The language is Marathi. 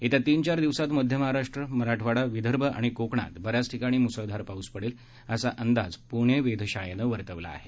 येत्या तीन चार दिवसात मध्य महाराष्ट्र मराठवाडा विदर्भ आणि कोकणात बऱ्याच ठिकाणी मुसळधार पाऊस पडेल असा अंदाज पूणे वेधशाळेनं वर्तवला आहे